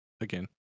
again